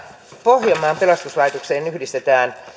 pohjanmaan pelastuslaitokseen yhdistetään